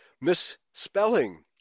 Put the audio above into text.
misspelling